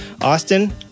Austin